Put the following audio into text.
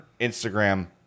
instagram